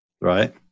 Right